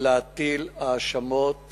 להטיל האשמות